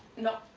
know,